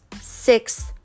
six